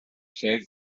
lle